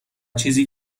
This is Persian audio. چیزی